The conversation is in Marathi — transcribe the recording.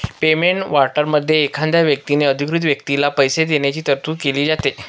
पेमेंट वॉरंटमध्ये एखाद्या व्यक्तीने अधिकृत व्यक्तीला पैसे देण्याची तरतूद केली जाते